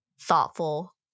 thoughtful